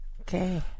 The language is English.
Okay